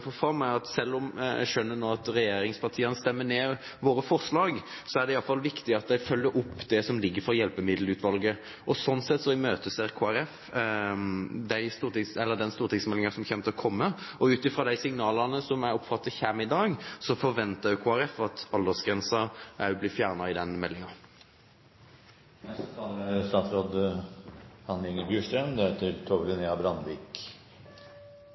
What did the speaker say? meg å få fram – selv om jeg nå skjønner at regjeringspartiene vil stemme ned våre forslag – er at det i alle fall er viktig at de følger opp det som kommer fra Hjelpemiddelutvalget. Sånn sett imøteser Kristelig Folkeparti den stortingsmeldingen som skal komme, og ut fra de signalene som kommer i dag, forventer Kristelig Folkeparti at